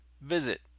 Visit